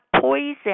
poison